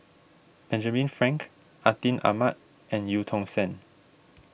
Benjamin Frank Atin Amat and Eu Tong Sen